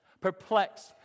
Perplexed